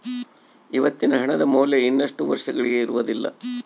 ಇವತ್ತಿನ ಹಣದ ಮೌಲ್ಯ ಇನ್ನಷ್ಟು ವರ್ಷಗಳಿಗೆ ಇರುವುದಿಲ್ಲ